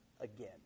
again